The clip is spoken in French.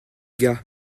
gars